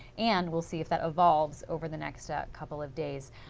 and will see if that evolves over the next couple of days.